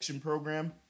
program